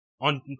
on